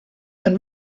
been